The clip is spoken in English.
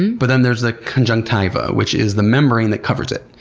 but then there's the conjunctiva which is the membrane that covers it.